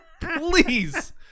please